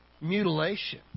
mutilation